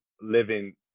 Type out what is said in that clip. living